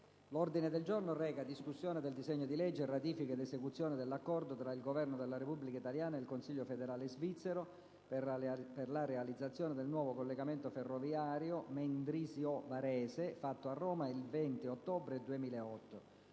nella *Gazzetta Ufficiale.* DISEGNO DI LEGGE Ratifica ed esecuzione dell'Accordo tra il Governo della Repubblica italiana e il Consiglio federale svizzero per la realizzazione del nuovo collegamento ferroviario Mendrisio-Varese, fatto a Roma il 20 ottobre 2008